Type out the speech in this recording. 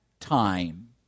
time